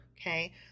Okay